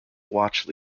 watch